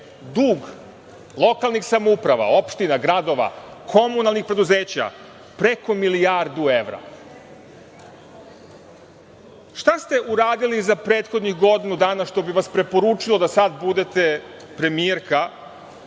dug lokalnih samouprava, opština, gradova, komunalnih preduzeća preko milijardu evra. Šta ste uradili za prethodnih godinu dana da bi vas preporučilo da sada budete premijerka